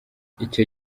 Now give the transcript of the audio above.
icyo